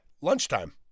lunchtime